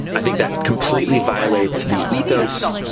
i think that completely violates the ethos,